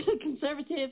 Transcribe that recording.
conservative